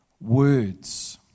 words